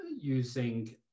using